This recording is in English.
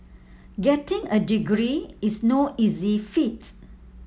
getting a degree is no easy feat